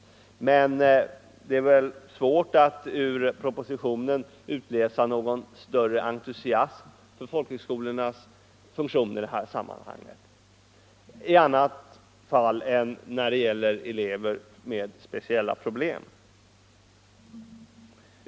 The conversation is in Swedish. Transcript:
Men det är svårt att ur propositionen utläsa någon större entusiasm för folkhögskolornas funktioner annat än när det gäller elever med speciella problem.